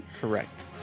Correct